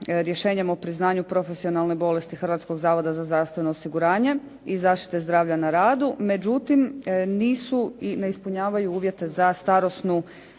rješenjem o priznanju profesionalne bolesti Hrvatskog zavoda za zdravstveno osiguranje i zaštite zdravlja na radu. Međutim, nisu i ne ispunjavaju uvjete za starosnu